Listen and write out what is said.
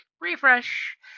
refresh